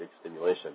stimulation